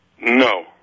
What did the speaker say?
No